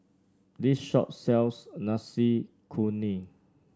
this shop sells Nasi Kuning